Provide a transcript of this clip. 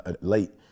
late